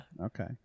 Okay